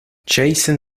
jason